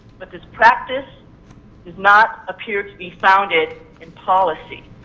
but this practice does not appear to be founded in policy.